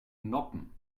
noppen